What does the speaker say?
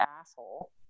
asshole